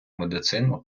медицину